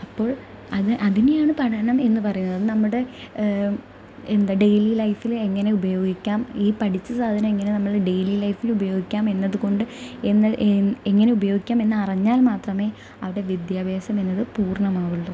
അപ്പോൾ അത് അതിനെയാണ് പഠനം എന്ന് പറയുന്നത് നമ്മുടെ എന്താണ് ഡെയിലി ലൈഫിൽ എങ്ങനെ ഉപയോഗിക്കാം ഈ പഠിച്ച സാധനം എങ്ങനെയാണ് നമ്മൾ ഡെയിലി ലൈഫിൽ ഉപയോഗിക്കാം എന്നത് കൊണ്ട് എങ്ങനെ ഉപയോഗിക്കാം എന്ന് അറിഞ്ഞാൽ മാത്രമേ അവിടെ വിദ്യാഭ്യാസം എന്നത് പൂർണ്ണമാവുള്ളൂ